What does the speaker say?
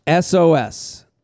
SOS